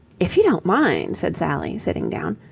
if you don't mind, said sally, sitting down,